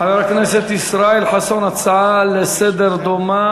חבר הכנסת ישראל חסון, הצעה דומה לסדר-היום,